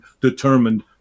determined